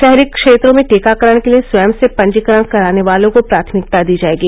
शहरी क्षेत्रों में टीकाकरण के लिए स्वयं से पंजीकरण कराने वालों को प्राथमिकता दी जायेगी